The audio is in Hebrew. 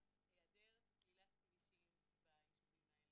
היעדר סלילת כבישים ביישובים האלה,